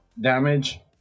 damage